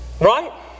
right